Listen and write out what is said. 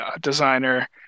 designer